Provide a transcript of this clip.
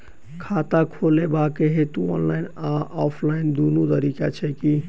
खाता खोलेबाक हेतु ऑनलाइन आ ऑफलाइन दुनू तरीका छै की?